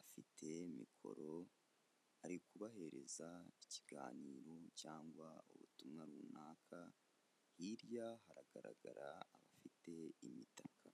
afite mikoro, ari kubahereza ikiganiro cyangwa ubutumwa runaka, hirya haragaragara abafite imitaka.